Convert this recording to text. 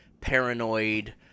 paranoid